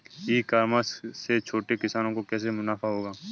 ई commerce से छोटे किसानों को कैसे मुनाफा होगा?